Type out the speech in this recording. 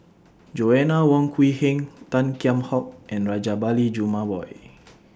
Joanna Wong Quee Heng Tan Kheam Hock and Rajabali Jumabhoy